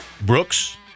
Brooks